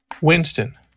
Winston